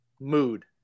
Mood